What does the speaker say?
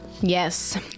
Yes